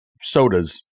sodas